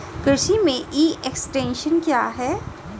कृषि में e extension क्या है?